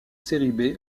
serie